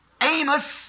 Amos